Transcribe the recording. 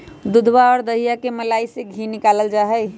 दूधवा और दहीया के मलईया से धी निकाल्ल जाहई